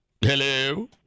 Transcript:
Hello